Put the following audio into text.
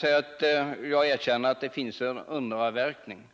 säger att jag erkänner att det finns en underavverkning.